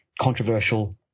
controversial